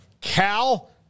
Cal